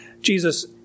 Jesus